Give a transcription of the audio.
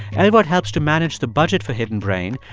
elwood helps to manage the budget for hidden brain,